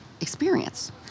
experience